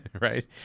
right